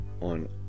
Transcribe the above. on